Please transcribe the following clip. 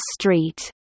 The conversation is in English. Street